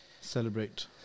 Celebrate